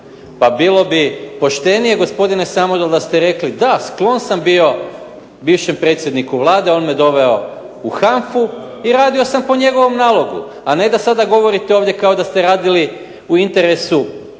Pa bilo bi poštenije gospodine Samodol da ste rekli da sklon sam bio bivšem predsjedniku Vlade, on me doveo u HANFA-u i radio sam po njegovom nalogu a ne da sada govorite ovdje kao da ste radili u interesu